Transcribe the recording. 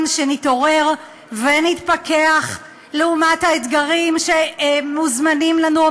שנתעורר ונתפכח לעומת האתגרים שמזומנים לנו.